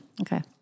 Okay